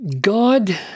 God